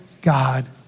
God